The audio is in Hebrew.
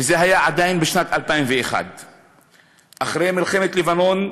וזה היה עדיין בשנת 2001. אחרי מלחמת לבנון,